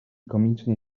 komicznie